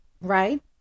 right